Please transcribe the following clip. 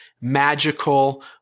magical